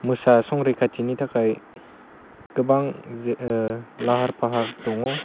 मोसा संरैखाथिनि थाखाय गोबां लाहार फाहार दङ